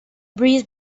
breeze